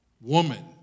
woman